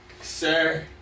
sir